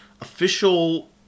official